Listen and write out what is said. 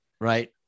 right